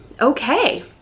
okay